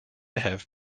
have